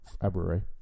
February